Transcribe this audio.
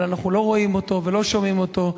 אבל אנחנו לא רואים אותו ולא שומעים אותו.